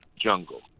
jungle